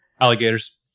Alligators